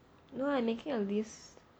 no lah I'm making a list